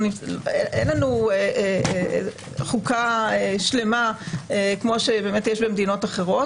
אין לנו חוקה שלמה כמו שבאמת יש במדינות אחרות,